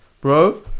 Bro